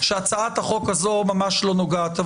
שהצעת החוק הזו ממש לא נוגעת אליהן.